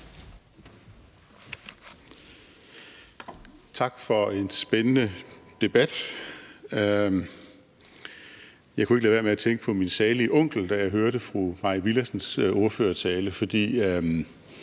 Tak for en spændende debat. Jeg kunne ikke lade være med at tænke på min salig onkel, da jeg hørte fru Mai Villadsens ordførertale, for